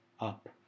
up